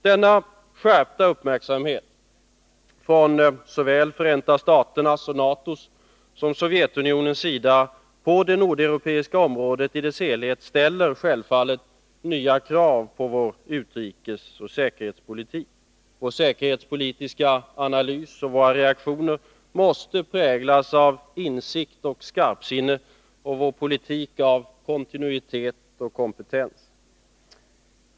Denna delvis skärpta uppmärksamhet — såväl från USA:s och NATO:s som från Sovjetunionens sida — på det nordeuropeiska området i dess helhet ställer självfallet nya krav på vår utrikesoch säkerhetspolitik. Vår säkerhetspolitiska analys och våra reaktioner måste präglas av insikt och skarpsinne och vår politik av kontinuitet och kompetens.